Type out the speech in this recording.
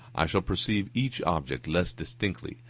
i shall perceive each object less distinctly,